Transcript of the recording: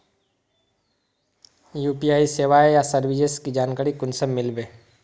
UPI सेवाएँ या services की जानकारी कुंसम मिलबे?